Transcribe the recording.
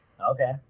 Okay